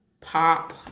pop